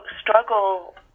struggle